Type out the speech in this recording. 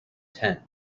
tent